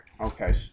Okay